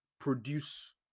produce